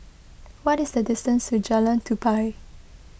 what is the distance to Jalan Tupai